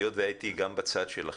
היות והייתי גם בצד שלכם,